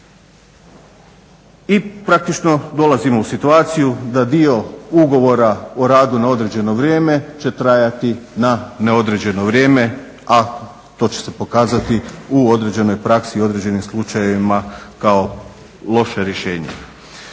I praktično dolazimo u situaciju da dio ugovora o radu na određeno vrijeme će trajati na neodređeno vrijeme, a to će se pokazati u određenoj praksi i određenim slučajevima kao loše rješenje.